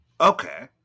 okay